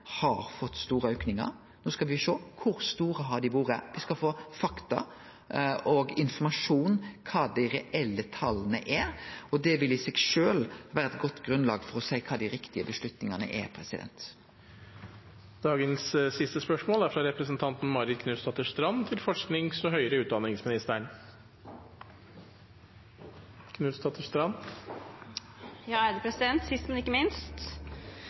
har fått store aukingar. No skal me sjå kor store dei har vore, og me skal få fakta og informasjon om kva dei reelle tala er. Det vil i seg sjølv vere eit godt grunnlag for å seie kva dei riktige avgjerdene er. Da har vi kommet til dagens siste spørsmål. Sist, men ikke minst, formelt sett også: Gratulerer til Asheim som ny forsknings- og